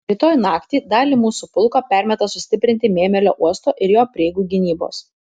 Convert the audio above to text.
rytoj naktį dalį mūsų pulko permeta sustiprinti mėmelio uosto ir jo prieigų gynybos